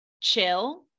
chill